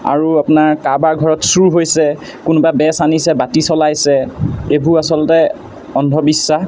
আৰু আপোনাৰ কাৰোবাৰ ঘৰত চোৰ হৈছে কোনোবা বেজ আনিছে বাতি চলাইছে এইবোৰ আচলতে অন্ধবিশ্বাস